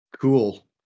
cool